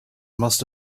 must